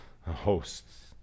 hosts